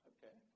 Okay